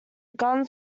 guns